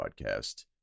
podcast